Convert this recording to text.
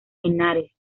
henares